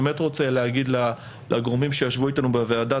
אני רוצה להגיד תודה לגורמים שישבו איתנו בוועדה.